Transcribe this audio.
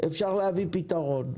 אפשר להביא פתרון.